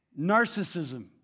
narcissism